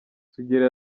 sugira